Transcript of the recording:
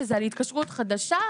שזה על התקשרות חדשה,